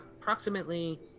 approximately